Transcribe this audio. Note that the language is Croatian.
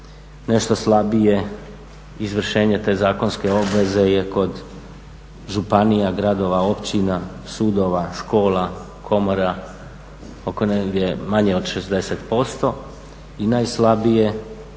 nešto slabije izvršenje te zakonske obveze je kod županija, gradova, općina, sudova, škola, komora oko negdje manje od 60%